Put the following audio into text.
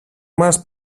μας